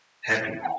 happy